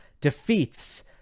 defeats